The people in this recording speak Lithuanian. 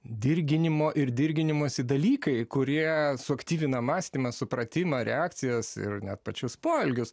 dirginimo ir dirginimosi dalykai kurie suaktyvina mąstymą supratimą reakcijas ir net pačius poelgius